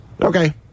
Okay